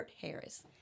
harris